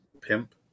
pimp